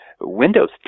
Windows